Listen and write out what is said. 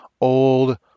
old